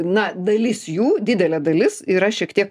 na dalis jų didelė dalis yra šiek tiek